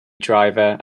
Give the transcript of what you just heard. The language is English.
driver